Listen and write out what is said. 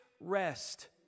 rest